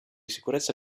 sicurezza